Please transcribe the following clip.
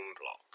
block